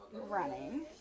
running